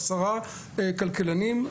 עשרה כלכלנים,